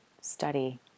study